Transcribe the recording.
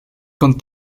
con